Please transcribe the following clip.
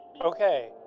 Okay